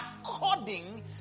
according